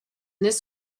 this